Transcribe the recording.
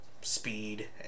speed